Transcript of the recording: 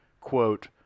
quote